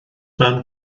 mewn